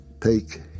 take